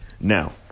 Now